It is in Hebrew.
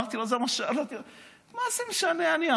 אמרתי לו: זה מה ששאל אותי, מה זה משנה אני?